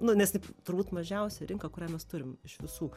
nu nes taip turbūt mažiausia rinka kurią mes turim iš visų